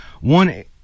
one